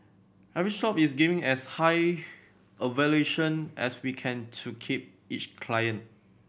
every shop is giving as high a valuation as we can to keep each client